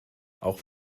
auch